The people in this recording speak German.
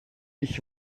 ich